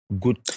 Good